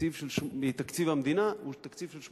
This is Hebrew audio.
מתקציב המדינה הוא 83